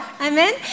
amen